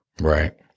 Right